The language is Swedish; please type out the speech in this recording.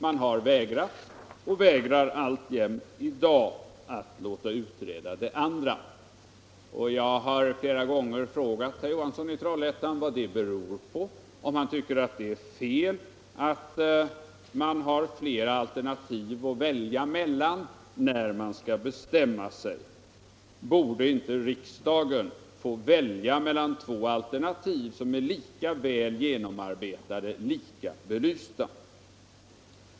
Man har vägrat och vägrar alltjämt att låta utreda det andra alternativet. Jag har flera gånger frågat herr Johansson i Trollhättan vad det beror på och om han tycker det är fel att man har flera alternativ att välja mellan när man skall bestämma sig. Borde inte riksdagen få välja mellan två alternativ som är lika väl genomarbetade, lika bra belysta?